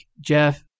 Jeff